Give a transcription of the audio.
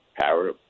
power